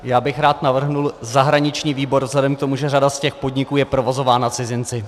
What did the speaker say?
Rád bych navrhl zahraniční výbor vzhledem k tomu, že řada z těch podniků je provozována cizinci.